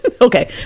okay